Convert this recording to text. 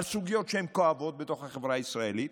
על סוגיות שהן כואבות בתוך החברה הישראלית,